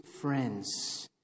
friends